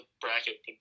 bracket